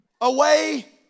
away